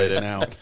now